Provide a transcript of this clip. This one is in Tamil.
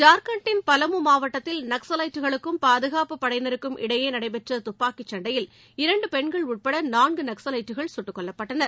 ஜார்கண்டில் பாலமு மாவட்டத்தில் நக்சவைட்டுகளுக்கும் பாதுகாப்புப் படையினருக்கும் இடையே நடைபெற்ற துப்பாக்கிச் சண்டையில் இரண்டு பெண்கள் உட்பட நாள்கு நக்சலைட்கள் சுட்டுக் கொல்லப்பட்டனர்